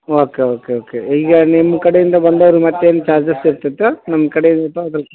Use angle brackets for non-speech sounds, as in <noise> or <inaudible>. okay okay okay ಈಗ ನಿಮ್ಮ ಕಡೆಯಿಂದ ಬಂದೌರು ಮತ್ತೇನು ಚಾರ್ಜಸ್ ಇರ್ತಿತ್ತಾ ನಮ್ಮ ಕಡೆ <unintelligible>